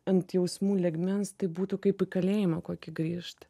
ant jausmų lygmens tai būtų kaip į kalėjimą kokį griežt